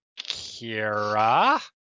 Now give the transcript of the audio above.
Kira